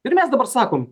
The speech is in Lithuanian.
ir mes dabar sakom